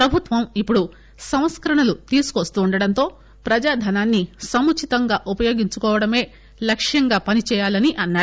ప్రభుత్వం ఇప్పుడు సంస్కరణలు తీసుకువస్తుండడంలో ప్రజా ధనాన్ని సముచితంగా ఉపయోగించుకోవడమే లక్ష్యంగా పనిచేయాలని అన్నారు